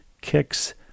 kicks